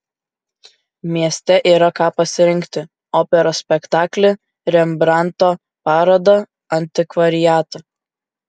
mieste yra ką pasirinkti operos spektaklį rembrandto parodą antikvariatą